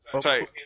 Sorry